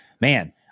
man